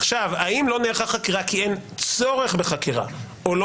האם לא נערכה חקירה כי אין צורך בחקירה או שלא